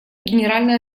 генеральная